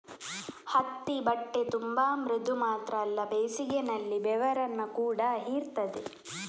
ಹತ್ತಿ ಬಟ್ಟೆ ತುಂಬಾ ಮೃದು ಮಾತ್ರ ಅಲ್ಲ ಬೇಸಿಗೆನಲ್ಲಿ ಬೆವರನ್ನ ಕೂಡಾ ಹೀರ್ತದೆ